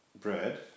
bread